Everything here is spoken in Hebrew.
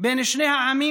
בין שני העמים,